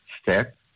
step